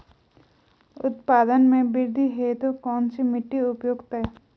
उत्पादन में वृद्धि हेतु कौन सी मिट्टी उपयुक्त है?